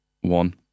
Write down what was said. One